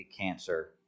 cancer